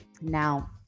Now